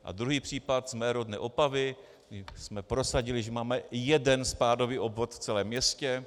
A druhý případ mé rodné Opavy, kde jsme prosadili, že máme jeden spádový obvod v celém městě.